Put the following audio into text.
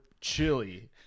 chili